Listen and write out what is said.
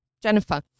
Jennifer